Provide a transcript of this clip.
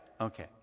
Okay